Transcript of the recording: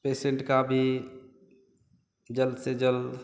patient का भी जल्द से जल्द